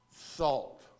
Salt